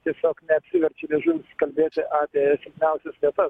tiesiog neapsiverčia liežuvis kalbėti apie silpniausias vietas